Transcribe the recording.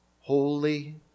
Holy